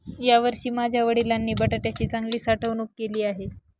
यावर्षी माझ्या वडिलांनी बटाट्याची चांगली साठवणूक केली आहे